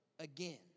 Again